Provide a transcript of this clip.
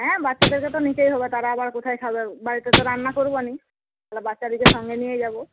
হ্যাঁ বাচ্চাদেরকে তো নিতেই হবে তারা আবার কোথায় খাবে বাড়িতে তো রান্না করব না তাহলে বাচ্চাদেরকে সঙ্গে নিয়েই যাব